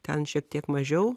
ten šiek tiek mažiau